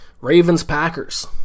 Ravens-Packers